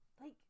like-